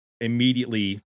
immediately